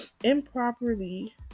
improperly